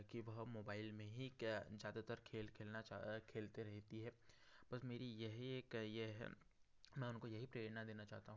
कि वह मोबाइल में ही क्या ज़्यादातर खेल खेलना चाह रहा है खेलते रहती है बस मेरी यही एक ये है मैं उनको यही प्रेरणा देना चाहता हूँ